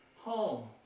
home